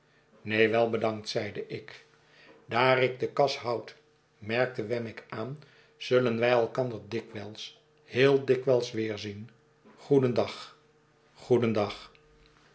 neen wel bedankt zeide ik daar ik de kas houd merkte wemmick aan zullen wij elkander dikwijls heeldikwijls weerzien goedendag goedendag